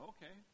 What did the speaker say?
Okay